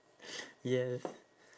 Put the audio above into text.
yes